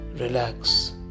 Relax